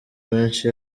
menshi